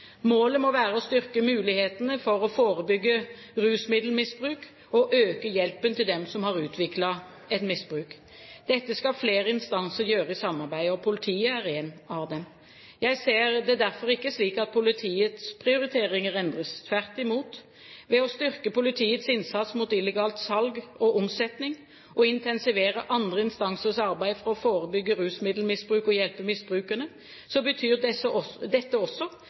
Målet må være å styrke mulighetene for å forebygge rusmiddelmisbruk og øke hjelpen til dem som har utviklet et misbruk. Dette skal flere instanser gjøre i samarbeid. Politiet er én av dem. Jeg ser det derfor ikke slik at politiets prioriteringer endres – tvert imot. Ved å styrke politiets innsats mot illegalt salg og omsetning og intensivere andre instansers arbeid for å forebygge rusmiddelmisbruk og å hjelpe misbrukerne, betyr dette også en opprioritering av innsatsen mot narkotikaomsetningen. Jeg takker for svaret. Det dette